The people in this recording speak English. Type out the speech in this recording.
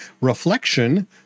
Reflection